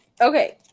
Okay